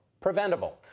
Preventable